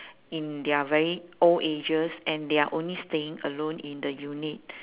in their very old ages and they are only staying alone in the unit